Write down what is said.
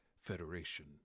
Federation